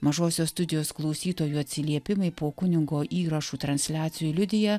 mažosios studijos klausytojų atsiliepimai po kunigo įrašų transliacijų liudija